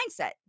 mindset